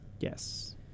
Yes